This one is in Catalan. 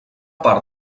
part